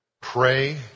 pray